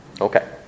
Okay